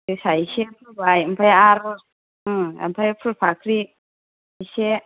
जोसा एसे फोबाय आमफ्राय आरो उम आमफ्राय फुलफाख्रि एसे